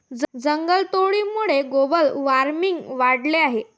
जंगलतोडीमुळे global warming वाढले आहे